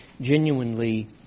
genuinely